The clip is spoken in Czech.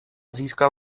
získal